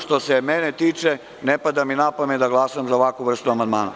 Što se mene tiče, ne pada mi na pamet da glasam za ovakvu vrstu amandmana.